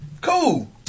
Cool